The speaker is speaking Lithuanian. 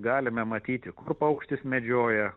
galime matyti kur paukštis medžioja